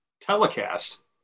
telecast